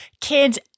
kids